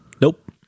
Nope